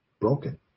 broken